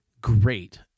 great